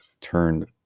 turned